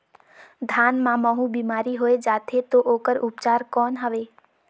धान मां महू बीमारी होय जाथे तो ओकर उपचार कौन हवे?